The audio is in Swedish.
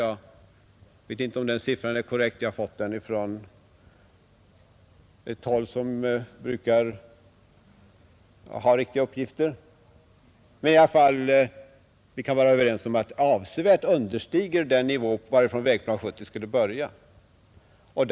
Jag vet inte om den siffran är korrekt, men jag har fått den från ett håll som brukar ge riktiga uppgifter. Vi kan i alla fall vara överens om att beloppet avsevärt understiger den nivå varifrån Vägplan 1970 skulle utgå.